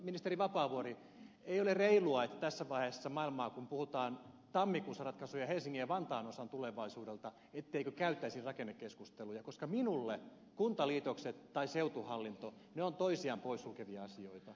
ministeri vapaavuori ei ole reilua että tässä vaiheessa maailmaa kun puhutaan tammikuussa ratkaisuja helsingin ja vantaan osan tulevaisuudesta ei käytäisi rakennekeskusteluja koska minulle kuntaliitokset ja seutuhallinto ovat toisiaan pois sulkevia asioita